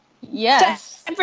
Yes